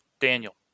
Daniel